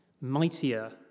Mightier